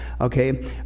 Okay